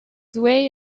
way